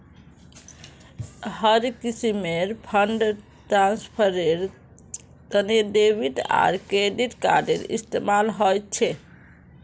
हर किस्मेर फंड ट्रांस्फरेर तने डेबिट आर क्रेडिट कार्डेर इस्तेमाल ह छे